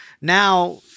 now